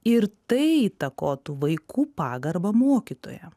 ir tai įtakotų vaikų pagarbą mokytojam